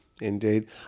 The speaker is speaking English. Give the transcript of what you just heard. indeed